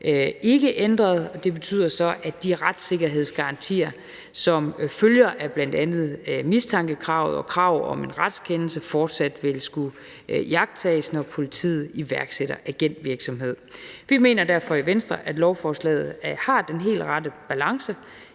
ikke ændret, og det betyder så, at de retssikkerhedsgarantier, som følger af bl.a. mistankekravet og kravet om en retskendelse, fortsat vil skulle iagttages, når politiet iværksætter agentvirksomhed. Vi mener derfor i Venstre, at lovforslaget har den helt rette balance